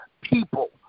people